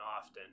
often